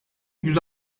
yüz